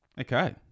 Okay